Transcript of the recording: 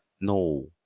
No